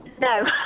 No